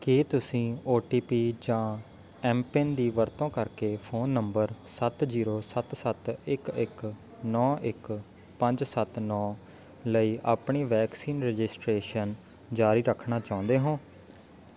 ਕੀ ਤੁਸੀਂ O T P ਜਾਂ mPIN ਦੀ ਵਰਤੋਂ ਕਰਕੇ ਫ਼ੋਨ ਨੰਬਰ ਸੱਤ ਜ਼ੀਰੋ ਸੱਤ ਸੱਤ ਇੱਕ ਇੱਕ ਨੌ ਇੱਕ ਪੰਜ ਸੱਤ ਨੌ ਲਈ ਆਪਣੀ ਵੈਕਸੀਨ ਰਜਿਸਟ੍ਰੇਸ਼ਨ ਜਾਰੀ ਰੱਖਣਾ ਚਾਹੁੰਦੇ ਹੋ